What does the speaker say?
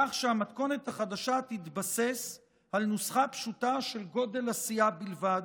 כך שהמתכונת החדשה תתבסס על נוסחה פשוטה של גודל הסיעה בלבד,